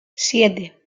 siete